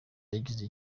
yagize